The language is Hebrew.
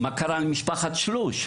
למשפחת שלוש?